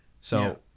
So-